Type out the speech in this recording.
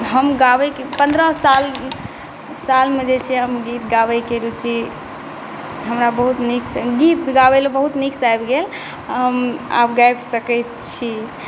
हम गाबयके पन्द्रह साल सालमे जे छै हम गीत गाबयके रुचि हमरा बहुत नीकसॅं गीत गाबय लए बहुत नीकसॅं आबि गेल हम आब गाबि सकैत छी